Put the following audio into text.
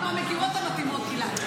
עם דעותיך המשונות מאוד.